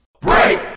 Break